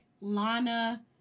Lana